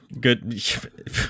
good